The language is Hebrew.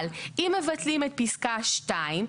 אבל אם מבטלים את פסקה 2,